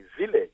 village